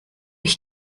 ich